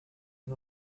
and